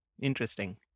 Interesting